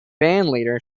bandleader